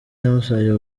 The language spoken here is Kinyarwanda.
yamusabye